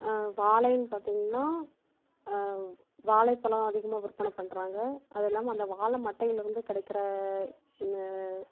வாழைன்னு பார்த்திங்கன்னா வாழைப்பழம் அதிகமாக விற்பனை பண்றாங்க அதுவும் இல்லாமல் அந்த வாழை மட்டையிலிருந்து கிடைக்கிற